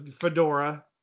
fedora